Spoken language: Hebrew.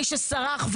שמי שסרח,